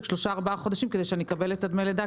שלושה-ארבעה חודשים כדי לקבל את דמי הלידה.